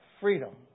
freedom